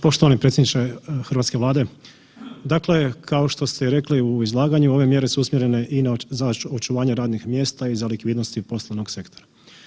Poštovani predsjedniče hrvatske Vlade, dakle kao što ste i rekli u izlaganju ove mjere su usmjerene i na očuvanje radnim mjesta i za likvidnosti poslovnog sektora.